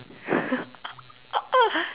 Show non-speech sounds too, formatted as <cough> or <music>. <laughs>